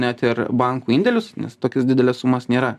net ir bankų indėlius nes tokios didelės sumos nėra